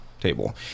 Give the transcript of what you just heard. table